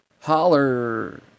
Holler